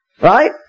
Right